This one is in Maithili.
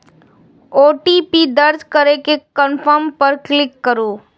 ओ.टी.पी दर्ज करै के कंफर्म पर क्लिक करू